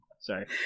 sorry